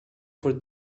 for